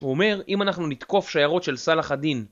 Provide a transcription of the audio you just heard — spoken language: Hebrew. הוא אומר אם אנחנו נתקוף שיירות של סלאח א-דין.